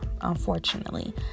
unfortunately